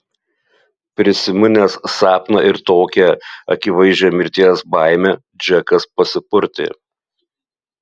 prisiminęs sapną ir tokią akivaizdžią mirties baimę džekas pasipurtė